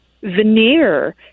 veneer